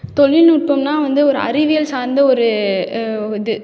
தொழில் நுட்பம்னால் வந்து ஒரு அறிவியல் சார்ந்த ஒரு இது